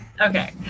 Okay